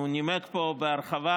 הוא נימק פה בהרחבה,